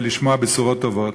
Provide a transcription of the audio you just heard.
ולשמוע בשורות טובות.